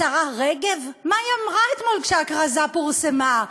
השרה רגב, מה היא אמרה אתמול כשהכרזה פורסמה?